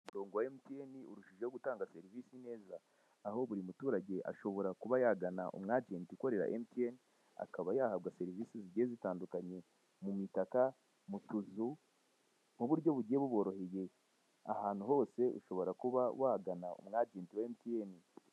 Umurongo wa emutiyeni urushijeho gutanga serivisi neza. Aho buri muturage ashobora kuba yagana umu ajenti ukorera emutiyeni, akaba yahabwa serivise zigiye zitandukanye. Mu mitaka, mu tuzu, mu buryo bugiye buboroheye. Ahantu hose, ushobora kuba wagana umu ajenti wa emutiyene.